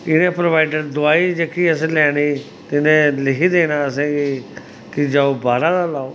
एह्दे प्रोवाइडड दोआई जेह्की असें लैनी ते इ'नें लिखी देना असें गी कि जाओ बाह्रा दा लैओ